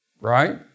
Right